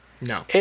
No